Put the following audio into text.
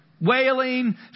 wailing